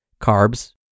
Carbs